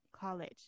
college